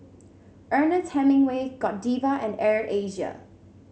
Ernest Hemingway Godiva and Air Asia